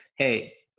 hey,